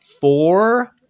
four